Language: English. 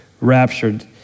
raptured